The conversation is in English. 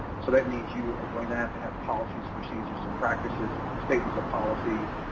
so that means you are going to have to have policies, procedures, and practices, statements of policies,